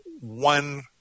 one